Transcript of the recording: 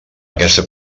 aquesta